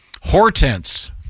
Hortense